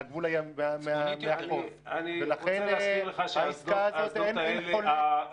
ולכן העסקה הזאת --- צפונית.